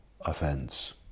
offense